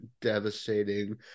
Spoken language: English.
devastating